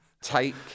take